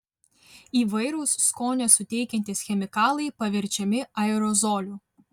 įvairūs skonio suteikiantys chemikalai paverčiami aerozoliu